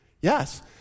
Yes